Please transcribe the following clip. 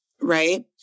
right